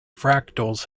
fractals